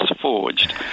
forged